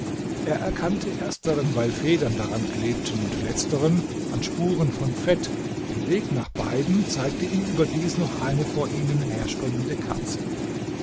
er erkannte ersteren weil federn daran klebten und letzteren an spuren von fett den weg nach beiden zeigte ihm überdies noch eine vor ihnen herspringende katze